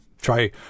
try